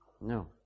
No